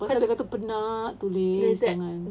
dia kata penat tulis tangan